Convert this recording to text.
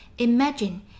Imagine